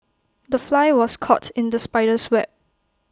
the fly was caught in the spider's web